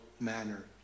manner